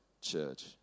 church